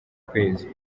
kwezi